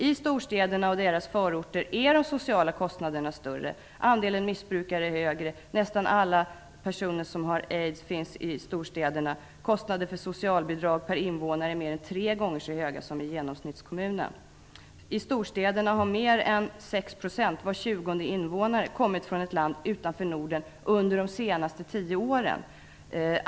I storstäderna och dess förorter är de sociala kostnaderna större och andelen missbrukare är högre. Nästan alla personer som har aids finns i storstäderna. Kostnaderna för socialbidrag per invånare är mer än tre gånger så höga som i genomsnittskommunen. I storstäderna har mer än 6 %, var tjugonde invånare, kommit från ett land utanför Norden under de senaste tio åren.